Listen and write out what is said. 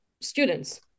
students